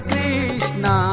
Krishna